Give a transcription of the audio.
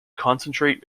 concentrate